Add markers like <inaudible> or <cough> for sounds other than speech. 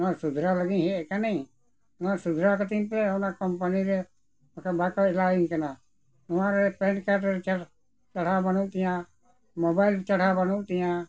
ᱱᱚᱣᱟ ᱥᱩᱫᱷᱨᱟᱹᱣ ᱞᱟᱹᱜᱤᱫ ᱦᱮᱡ ᱟᱠᱟᱱᱟᱹᱧ ᱱᱚᱣᱟ ᱥᱩᱫᱷᱨᱟᱹᱣ ᱠᱟᱹᱛᱤᱧᱯᱮ ᱚᱱᱟ ᱠᱳᱢᱯᱟᱱᱤ ᱨᱮ ᱵᱟᱠᱷᱟᱱ ᱵᱟᱝᱠᱚ ᱮᱞᱟᱣᱤᱧ ᱠᱟᱱᱟ ᱱᱚᱣᱟᱨᱮ ᱯᱮᱱ ᱠᱟᱨᱰ ᱨᱮ <unintelligible> ᱪᱚᱲᱦᱟᱣ ᱵᱟᱹᱱᱩᱜ ᱛᱤᱧᱟᱹ ᱢᱳᱵᱟᱭᱤᱞ ᱪᱚᱲᱦᱟᱣ ᱵᱟᱹᱱᱩᱜ ᱛᱤᱧᱟᱹ